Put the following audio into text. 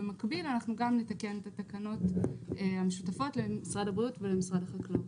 במקביל גם נתקן את התקנות המשותפות למשרד הבריאות ומשרד החקלאות.